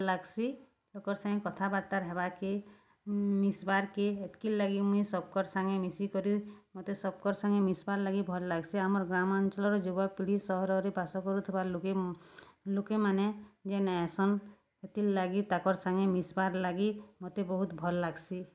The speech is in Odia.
ଲାଗ୍ସି ଲୋକର୍ ସାଙ୍ଗେ କଥାବାର୍ତ୍ତାର୍ ହେବାକେ ମିଶ୍ବାର୍କେ ଏତିକିର୍ ଲାଗି ମୁଇଁ ସପ୍କର୍ ସାଙ୍ଗେ ମିଶିକରି ମତେ ସପ୍କର୍ ସାଙ୍ଗେ ମିସ୍ବାର୍ ଲାଗି ଭଲ୍ ଲାଗ୍ସି ଆମର୍ ଗ୍ରାମାଞ୍ଚଳ୍ର ଯୁବପିଢ଼ି ସହରରେ ବାସ କରୁଥିବା ଲୋକେ ଲୋକେମାନେ ଯେନ୍ ଆଏସନ୍ ହେଥିର୍ ଲାଗି ତାଙ୍କର୍ ସାଙ୍ଗେ ମିସ୍ବାର୍ ଲାଗି ମତେ ବହୁତ୍ ଭଲ୍ ଲାଗ୍ସି